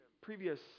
previous